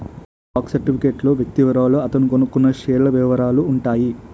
stock certificate లో వ్యక్తి వివరాలు అతను కొన్నకొన్న షేర్ల వివరాలు ఉంటాయి